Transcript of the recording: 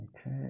Okay